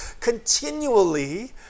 continually